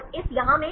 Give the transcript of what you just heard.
और इस यहाँ में